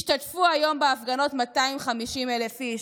השתתפו היום בהפגנות 250,000 איש.